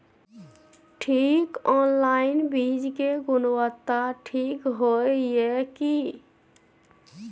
की online बीज के गुणवत्ता ठीक होय ये की?